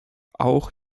auch